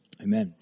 amen